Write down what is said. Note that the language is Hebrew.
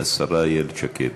השרה איילת שקד.